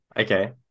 Okay